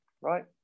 right